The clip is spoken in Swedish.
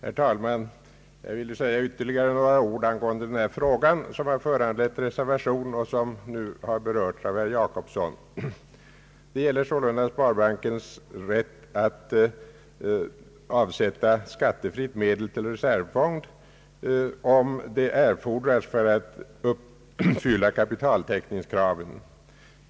Herr talman! Jag vill säga ytterligare några ord angående denna fråga, som har föranlett reservation och som har berörts av herr Gösta Jacobsson. Det gäller sålunda sparbankernas rätt att avsätta skattefria medel till reservfond, om det erfordras för att uppfylla kapitaltäckningskraven.